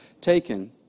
taken